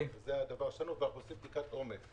ואנחנו עושים בדיקת עומק,